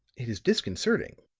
it is disconcerting.